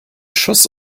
schuss